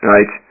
Right